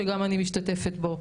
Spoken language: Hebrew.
שגם אני משתתפת בו.